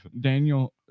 Daniel